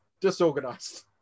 disorganized